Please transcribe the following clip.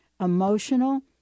emotional